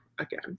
again